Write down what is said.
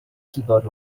keyboard